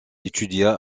étudia